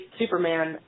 superman